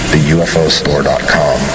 TheUFOStore.com